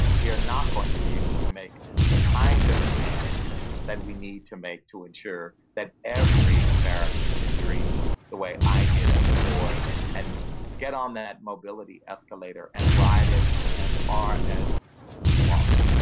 we are not going to be able to make the kind of advances that we need to make to ensure that every american can dream the way i did as a boy and get on that mobility escalator and ride it as far as you want.